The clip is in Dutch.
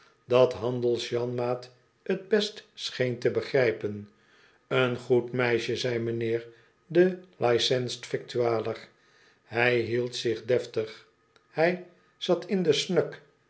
dat handels janmaat t best scheen te begrijpen een goed meisje zei mijnheer de licensed yictualler hij hield zich deftig hij zat in do